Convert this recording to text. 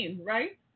right